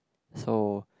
so